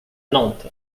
nantes